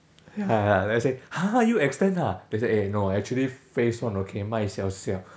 ya ya then I say !huh! you extend ah then I say eh no actually phase one okay my siao siao